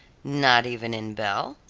not even in belle?